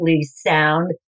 sound